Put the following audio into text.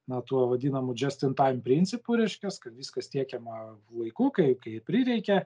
na tuo vadinamu džest in taim principu reiškias kad viskas tiekiama laiku kai kai prireikia